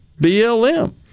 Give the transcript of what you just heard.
BLM